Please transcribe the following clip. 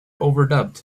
overdubbed